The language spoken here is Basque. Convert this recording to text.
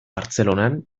bartzelonan